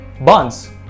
Bonds